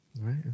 Right